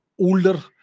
older